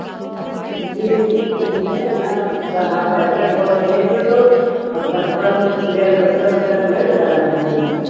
चलिए ठीक है ना आप पैंसठ बोल रहे थे तो अब पचपन प्ले पचपन रुपया प्लेट लगा दीजिएगा